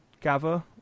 gather